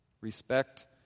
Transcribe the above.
Respect